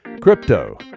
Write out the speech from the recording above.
Crypto